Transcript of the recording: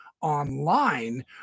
online